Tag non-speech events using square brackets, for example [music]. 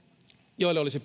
joille olisi [unintelligible]